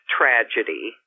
tragedy